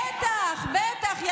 בטח, בטח.